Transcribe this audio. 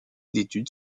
d’études